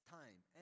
time